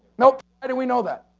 no. how do we know that?